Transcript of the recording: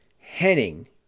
Henning